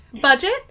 budget